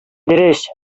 дөрес